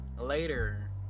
later